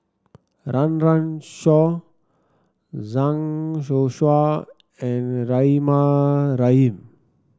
Run Run Shaw Zhang Youshuo and Rahimah Rahim